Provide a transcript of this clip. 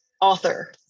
author